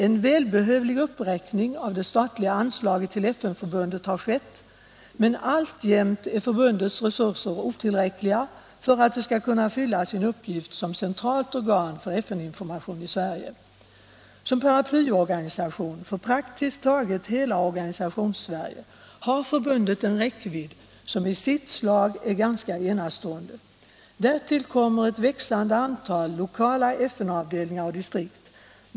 En välbehövlig uppräkning av det statliga anslaget till FN-förbundet har skett, men alltjämt är förbundets resurser otillräckliga för att det skall kunna fylla sin uppgift som centralt organ för FN-information i Sverige. Som paraplyorganisation för praktiskt taget hela Organisationssverige har förbundet en räckvidd som i sitt slag är ganska enastående. Därtill kommer ett växande antal lokala FN-avdelningar och distrikt.